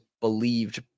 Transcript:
believed